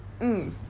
mm